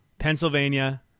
Pennsylvania